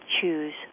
choose